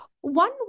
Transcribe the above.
One